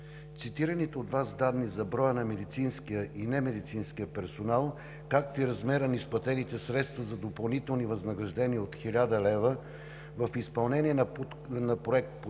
цитираните от Вас данни за броя на медицинския и немедицинския персонал, както и размера на изплатените средства за допълнителни възнаграждения от 1000 лв. в изпълнение на Проект „Подкрепа